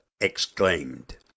exclaimed